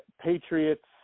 Patriots